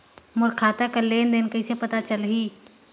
मोर खाता कर लेन देन कइसे पता चलही?